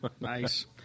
nice